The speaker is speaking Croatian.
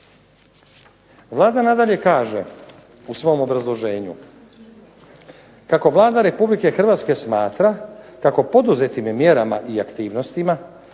Vlada nadalje kaže u svom obrazloženju kako Vlada Republike Hrvatske smatra kako poduzetim mjerama i aktivnostima